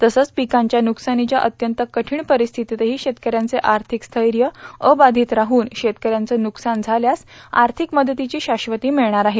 तसंच पिकांच्या वुकसानीच्या अत्यंत कठीण परिस्थितीतही शेतकऱ्यांचे आर्थिक स्थैर्य अबाधित राहून शेतकऱ्यांचं वुकसान झाल्यास आर्थिक मदतीची शाश्वती मिळणाऱ आहे